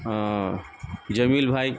جمیل بھائی